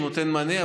והוא נותן מענה,